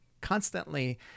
constantly